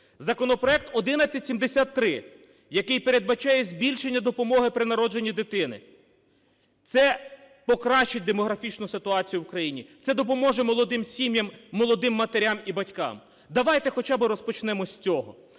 Законопроект 1173, який передбачає збільшення допомоги при народженні дитини, це покращить демографічну ситуацію в країні, це допоможе молодим сім'ям, молодим матерям і батькам. Давайте хоча би розпочнемо з цього